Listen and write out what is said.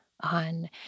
on